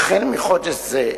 החל מחודש זה,